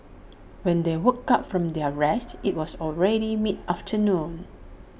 when they woke up from their rest IT was already mid afternoon